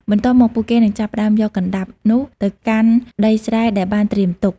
បន្ទាប់មក ពួកគេនឹងចាប់ផ្តើមយកកណ្តាប់នោះទៅកាន់ដីស្រែដែលបានត្រៀមទុក។